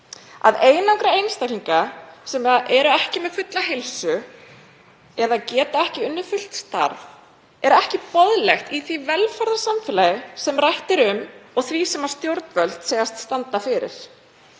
Að einangra einstaklinga sem eru ekki með fulla heilsu eða geta ekki unnið fullt starf er ekki boðlegt í því velferðarsamfélagi sem rætt er um og því sem stjórnvöld segjast standa fyrir.